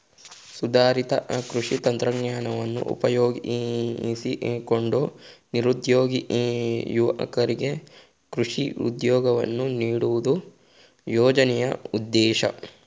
ಸುಧಾರಿತ ಕೃಷಿ ತಂತ್ರಜ್ಞಾನವನ್ನು ಉಪಯೋಗಿಸಿಕೊಂಡು ನಿರುದ್ಯೋಗಿ ಯುವಕರಿಗೆ ಕೃಷಿ ಉದ್ಯೋಗವನ್ನು ನೀಡುವುದು ಯೋಜನೆಯ ಉದ್ದೇಶ